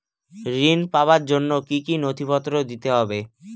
ঋণ পাবার জন্য কি কী নথিপত্র দিতে হবে?